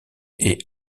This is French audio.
est